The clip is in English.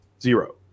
zero